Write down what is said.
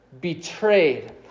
betrayed